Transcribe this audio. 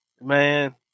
man